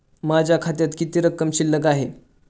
माझ्या खात्यात किती रक्कम शिल्लक आहे?